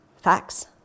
facts